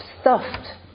stuffed